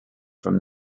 from